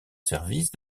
service